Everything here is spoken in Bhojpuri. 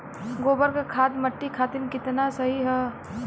गोबर क खाद्य मट्टी खातिन कितना सही ह?